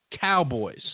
Cowboys